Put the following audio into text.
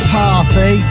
party